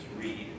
read